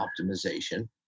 optimization